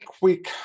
quick